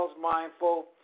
mindful